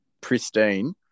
pristine